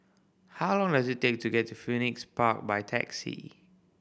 how long does it take to get to Phoenix Park by taxi